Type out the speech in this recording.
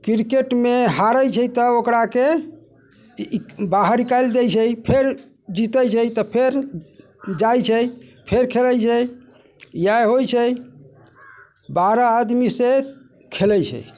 क्रिकेटमे हारैत छै तऽ ओकराके बाहर निकालि दैत छै फेर जीतैत छै तऽ फेर जाइत छै फेर खेलैत छै इएह होइत छै बारह आदमीसँ खेलैत छै